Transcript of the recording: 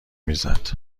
میزد